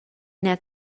ina